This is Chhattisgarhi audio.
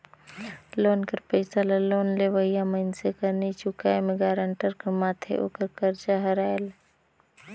लोन कर पइसा ल लोन लेवइया मइनसे कर नी चुकाए में गारंटर कर माथे ओकर करजा हर आएल